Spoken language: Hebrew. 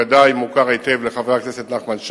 שוודאי מוכר היטב לחבר הכנסת נחמן,